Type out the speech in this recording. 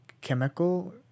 chemical